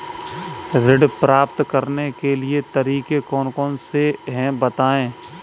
ऋण प्राप्त करने के तरीके कौन कौन से हैं बताएँ?